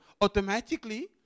automatically